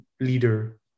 leader